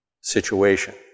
situation